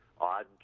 odd